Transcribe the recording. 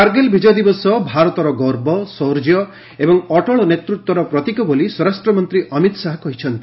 କାର୍ଗିଲ୍ ଶାହା କାର୍ଗିଲ୍ ବିଜୟ ଦିବସ ଭାରତର ଗର୍ବ ଶୌର୍ଯ୍ୟ ଏବଂ ଅଟଳ ନେତୃତ୍ୱର ପ୍ରତୀକ ବୋଲି ସ୍ୱରାଷ୍ଟ୍ର ମନ୍ତ୍ରୀ ଅମିତ୍ ଶାହା କହିଛନ୍ତି